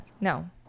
no